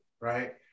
right